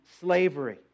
slavery